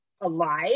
alive